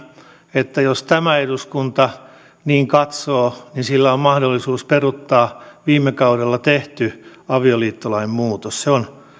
että jos tämä eduskunta niin katsoo niin sillä on mahdollisuus peruuttaa viime kaudella tehty avioliittolain muutos se on